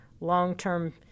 long-term